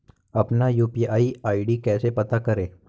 अपना UPI ID कैसे पता करें?